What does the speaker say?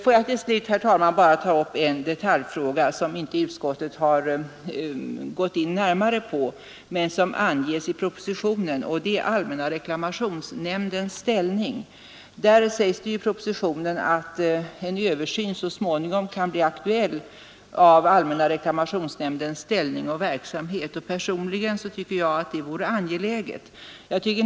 Får jag till slut, herr talman, ta upp en detaljfråga, som utskottet inte har gått närmare in på men som tas upp i propositionen. Det gäller allmänna reklamationsnämndens ställning. Det sägs i propositionen att det så småningom kan bli aktuellt att göra en översyn av allmänna reklamationsnämndens ställning och verksamhet. Personligen tycker jag att detta vore angeläget.